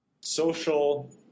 social